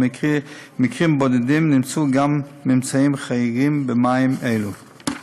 ובמקרים בודדים נמצאו ממצאים חריגים במים אלו.